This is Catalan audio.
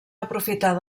aprofitar